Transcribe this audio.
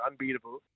unbeatable